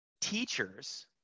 Teachers